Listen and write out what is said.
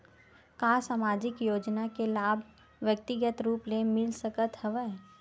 का सामाजिक योजना के लाभ व्यक्तिगत रूप ले मिल सकत हवय?